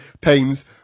pains